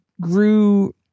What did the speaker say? grew